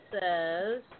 says